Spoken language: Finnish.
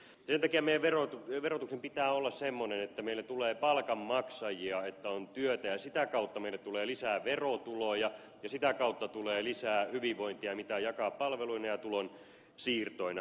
sen takia meidän verotuksen pitää olla semmoinen että meille tulee palkanmaksajia että on työtä ja sitä kautta meille tulee lisää verotuloja ja sitä kautta tulee lisää hyvinvointia mitä jakaa palveluina ja tulonsiirtoina